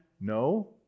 No